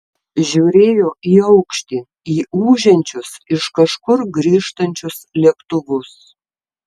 žiūrėjo į aukštį į ūžiančius iš kažkur grįžtančius lėktuvus